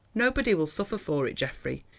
nobody will suffer for it, geoffrey,